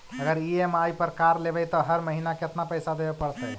अगर ई.एम.आई पर कार लेबै त हर महिना केतना पैसा देबे पड़तै?